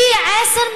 פי עשרה,